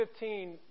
2015